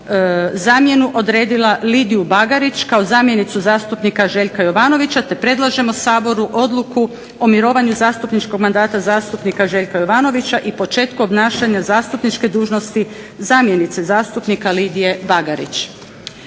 zamjenu odredila Lidiju Bagarić kao zamjenicu zastupnika Željka Jovanovića, te predlažemo Saboru odluku o mirovanju zastupničkog mandata zastupnika Željka Jovanovića i početku obnašanja zastupničke dužnosti zamjenice zastupnika Lidije Bagarić.